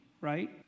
right